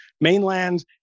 mainland